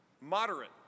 Moderate